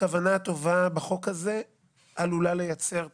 שהכוונה הטובה בחוק הזה עלולה לייצר תקלה.